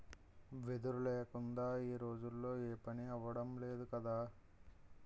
వెదురు లేకుందా ఈ రోజుల్లో ఏపనీ అవడం లేదు కదా